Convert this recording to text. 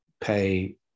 pay